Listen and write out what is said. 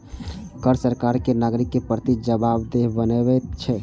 कर सरकार कें नागरिक के प्रति जवाबदेह बनबैत छै